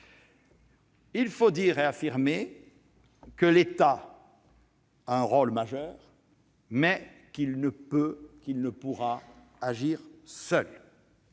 Il faut le dire et le réaffirmer : l'État a un rôle majeur, mais il ne pourra agir seul.